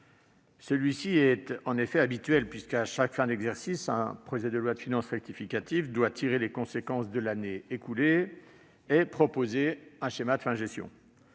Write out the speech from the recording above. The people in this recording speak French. Celui-ci est habituel, puisque, à chaque fin d'exercice, un projet de loi de finances rectificative doit tirer les conséquences de l'année écoulée et proposer un schéma de fin de gestion.